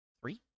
Three